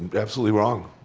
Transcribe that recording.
absolutely wrong.